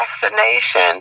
Vaccination